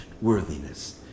worthiness